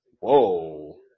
Whoa